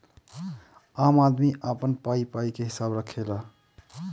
आम आदमी अपन पाई पाई के हिसाब रखेला